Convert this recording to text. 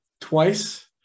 twice